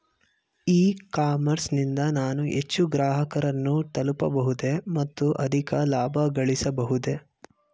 E commerce ನಿಂದ ನಾನು ಹೆಚ್ಚು ಗ್ರಾಹಕರನ್ನು ತಲುಪಬಹುದೇ ಮತ್ತು ಅಧಿಕ ಲಾಭಗಳಿಸಬಹುದೇ?